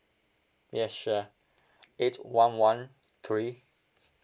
yes sure eight one one three